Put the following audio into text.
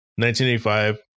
1985